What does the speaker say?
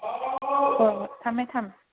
ꯍꯣꯏ ꯍꯣꯏ ꯊꯝꯃꯦ ꯊꯝꯃꯦ